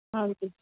ਹਾਂਜੀ